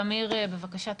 תמיר דיין, בבקשה.